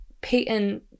Peyton